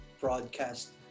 broadcast